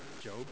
Job